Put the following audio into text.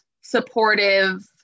supportive